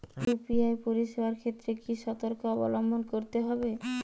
UPI পরিসেবার ক্ষেত্রে কি সতর্কতা অবলম্বন করতে হবে?